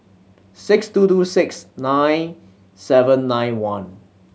six two two six nine seven nine one